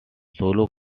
solo